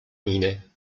mine